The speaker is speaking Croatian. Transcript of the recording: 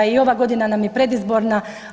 I ova godina nam je predizborna.